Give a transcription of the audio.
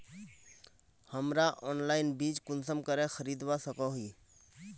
हमरा ऑनलाइन बीज कुंसम करे खरीदवा सको ही?